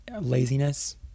laziness